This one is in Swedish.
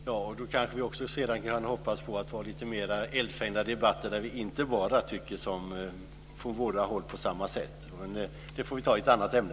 Fru talman! Då kan vi kanske sedan också hoppas på lite mera eldfängda debatter, där vi inte tycker på samma sätt på båda håll. Det får bli i ett annat ämne.